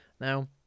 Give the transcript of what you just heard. now